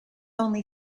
only